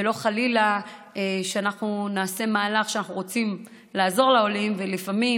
ולא נעשה חלילה מהלך שאנחנו רוצים לעזור לעולים ולפעמים,